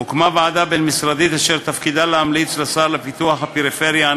הוקמה ועדה בין-משרדית אשר תפקידה להמליץ לשר לפיתוח הפריפריה,